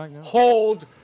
Hold